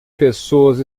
pessoas